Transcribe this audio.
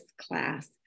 class